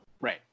Right